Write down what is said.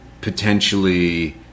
potentially